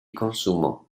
consumo